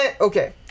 okay